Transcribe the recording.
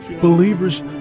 Believers